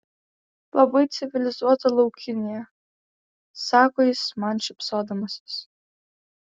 labai civilizuota laukinė sako jis man šypsodamasis